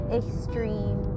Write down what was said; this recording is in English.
extreme